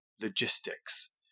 logistics